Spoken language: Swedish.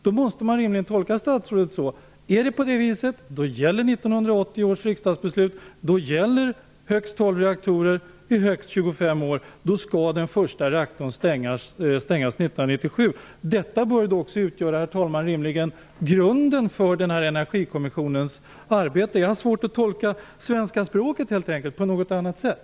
Då måste man rimligen tolka statsrådet så, att om det är på det viset, gäller reaktorer i högst 25 år. Då skall den första reaktorn stängas 1997. Herr talman! Detta bör också rimligen utgöra grunden för Energikommissionens arbete. Jag har helt enkelt svårt att tolka svenska språket på något annat sätt.